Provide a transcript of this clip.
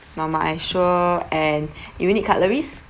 normal ice and sure and you will need cutleries